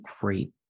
great